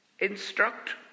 Instruct